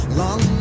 long